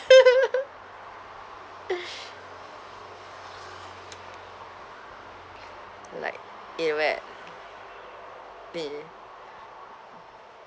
like eh where me